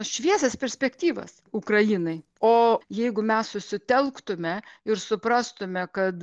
šviesias perspektyvas ukrainai o jeigu mes susitelktume ir suprastume kad